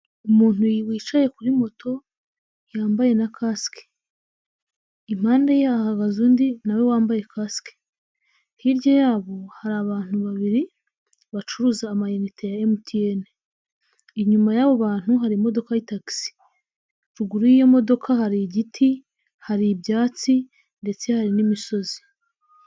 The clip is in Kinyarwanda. Umuntu wicaye kuri moto yambaye na kasike, impande ya hagaze undi nawe wambaye kasike, hirya yabo hari abantu babiri bacuruza amayinite ya MTN, inyuma y'abo bantu hari imodoka ya tagisi, ruguru y'iyomodoka hari igiti hari ibyatsi ndetse hari n'imisozi.